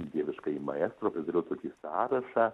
dieviškąjį maestro pasidariau tokį sąrašą